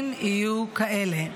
אם יהיו כאלה".